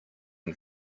can